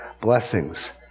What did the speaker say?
blessings